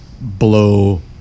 blow